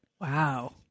Wow